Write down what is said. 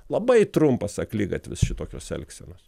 labai trumpas akligatvis šitokios elgsenos